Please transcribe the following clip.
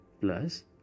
Plus